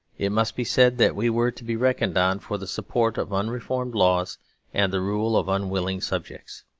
it must be said that we were to be reckoned on for the support of unreformed laws and the rule of unwilling subjects.